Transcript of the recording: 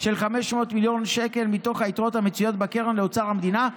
של 500 מיליון שקל מתוך היתרות המצויות בקרן לאוצר המדינה,